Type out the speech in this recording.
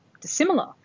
dissimilar